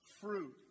fruit